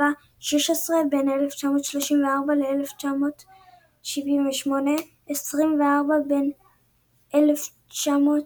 בהדרגה 16 בין 1934 - 1978, 24 בין 1982